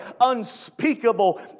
unspeakable